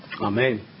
Amen